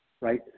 right